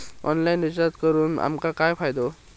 Online recharge करून आमका काय फायदो?